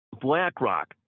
BlackRock